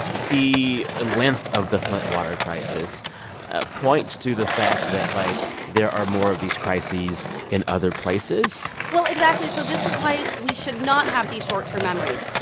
the length of the flint water crisis points to the fact that, like, there are more of these crises in other places well, exactly. so this is why we should not have these short-term memories.